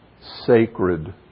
sacred